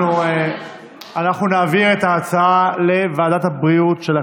אנחנו נעביר את ההצעה לוועדת הבריאות של הכנסת.